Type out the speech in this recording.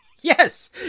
Yes